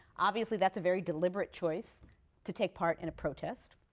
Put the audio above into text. obviously, that's a very deliberate choice to take part in a protest.